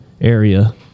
area